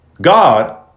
God